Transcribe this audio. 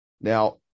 Now